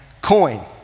coin